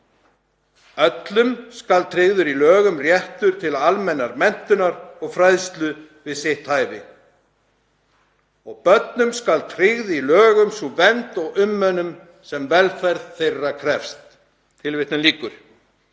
Öllum skal tryggður í lögum réttur til almennrar menntunar og fræðslu við sitt hæfi. Börnum skal tryggð í lögum sú vernd og umönnun sem velferð þeirra krefst.“ Þarna eru